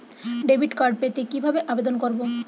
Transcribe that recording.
Debit card পেতে কি ভাবে আবেদন করব?